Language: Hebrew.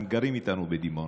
הם גרים איתנו בדימונה.